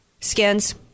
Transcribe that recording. skins